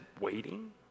waiting